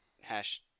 hash